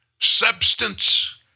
substance